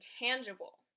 intangible